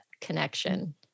connection